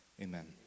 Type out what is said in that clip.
amen